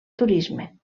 turisme